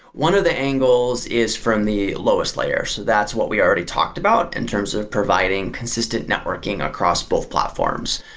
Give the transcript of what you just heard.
one of the angles is from the lowest layers. so that's what we already talked about in terms of providing consistent networking across both platforms.